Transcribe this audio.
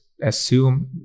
assume